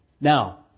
Now